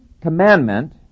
commandment